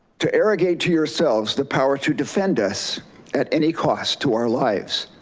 to arrogate to yourselves, the power to defend us at any cost to our lives.